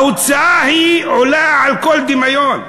ההוצאה עולה על כל דמיון.